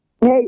Hey